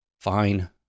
fine